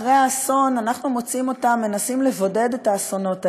אחרי האסון אנחנו מוצאים אותם מנסים לבודד את האסונות האלה,